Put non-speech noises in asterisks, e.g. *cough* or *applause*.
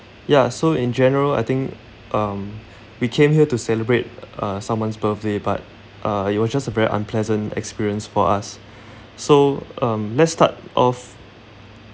ya so in general I think um we came here to celebrate uh someone's birthday but uh it was just a very unpleasant experience for us *breath* so um let's start off